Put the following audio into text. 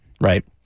Right